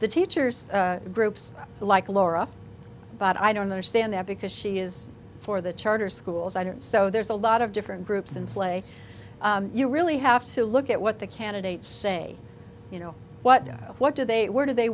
the teachers groups like laura but i don't understand that because she is for the charter schools i don't so there's a lot of different groups in play you really have to look at what the candidates say you know what what do they where do they